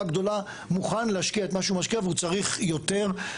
הגדולה מוכן להשקיע את מה שהוא משקיע והוא צריך יותר.